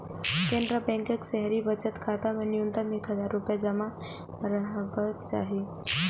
केनरा बैंकक शहरी बचत खाता मे न्यूनतम एक हजार रुपैया जमा रहबाक चाही